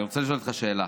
אני רוצה לשאול אותך שאלה: